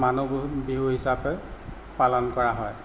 মানুহ বিহু বিহু হিচাপে পালন কৰা হয়